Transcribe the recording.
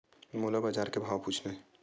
मोला बजार के भाव पूछना हे?